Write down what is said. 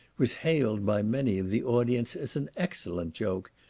was hailed by many of the audience as an excellent joke,